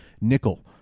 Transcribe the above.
nickel